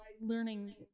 learning